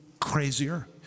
crazier